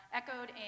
echoed